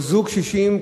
או זוג קשישים,